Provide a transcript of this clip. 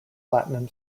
platinum